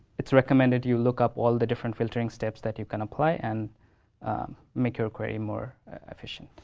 it's recommended you look up all the different filtering steps that you can apply, and make your query more efficient.